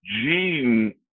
Gene